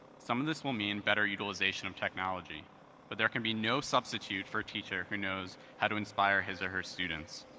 some of this will mean better utilization of technology but there can be no substitute for a teacher who knows how to inspire his or her students.